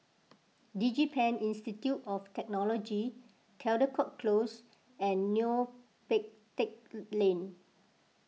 DigiPen Institute of Technology Caldecott Close and Neo Pee Teck Lane